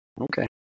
Okay